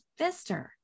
Fister